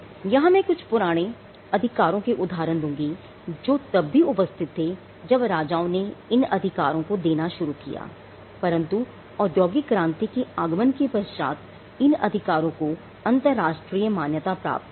यहां मैं कुछ पुराने अधिकारों के उदाहरण दूंगा जो तब भी उपस्थित थे जब राजाओं ने इन अधिकारों को देना शुरू किया परंतु औद्योगिक क्रांति के आगमन के पश्चात इन अधिकारों को अंतरराष्ट्रीय मान्यता प्राप्त हो गई